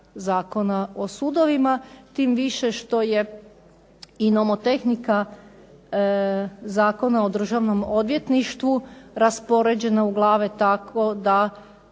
Zakona o sudovima. Tim više što je i nomotehnika Zakona o državnom odvjetništvu raspoređena u glave tako da